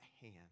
hand